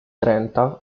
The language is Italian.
trenta